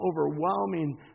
overwhelming